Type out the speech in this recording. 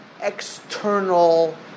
external